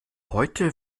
heute